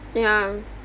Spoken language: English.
ya